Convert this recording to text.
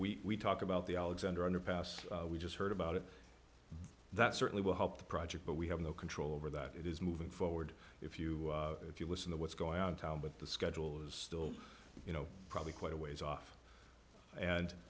alleviate we talk about the alexander underpass we just heard about it that certainly will help the project but we have no control over that it is moving forward if you if you listen to what's going on in town but the schedule is still you know probably quite a ways off and